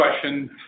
question